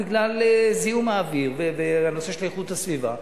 בגלל זיהום האוויר והנושא של איכות הסביבה,